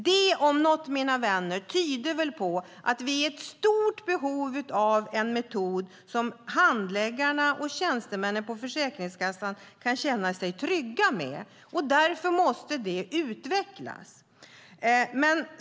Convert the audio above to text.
Det om något, mina vänner, tyder väl på att vi är i ett stort behov av en metod som handläggarna och tjänstemännen på Försäkringskassan kan känna sig trygga med, och därför måste det utvecklas.